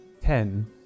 Ten